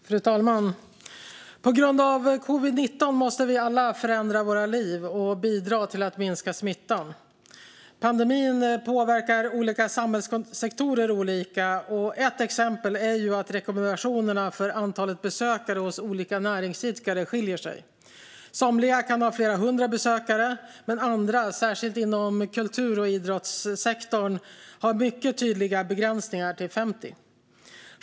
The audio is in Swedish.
Fru talman! På grund av covid-19 måste vi alla förändra våra liv och bidra till att minska smittan. Pandemin påverkar olika samhällssektorer olika, och ett exempel är att rekommendationerna för antal besökare skiljer sig åt för olika näringsidkare. Somliga kan ha flera hundra besökare medan andra, särskilt inom kultur och idrottssektorn, har mycket tydliga begränsningar till 50.